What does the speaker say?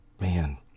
Man